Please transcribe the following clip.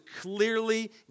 clearly